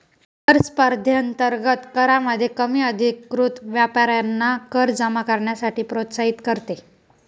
कर स्पर्धेअंतर्गत करामध्ये कमी अधिकृत व्यापाऱ्यांना कर जमा करण्यासाठी प्रोत्साहित करते